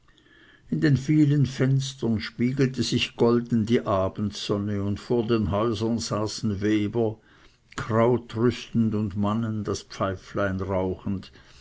in den vielen fenstern spiegelte sich golden die abendsonne und vor den häusern saßen weiber kraut rüstend und mannen das pfeiflein rauchend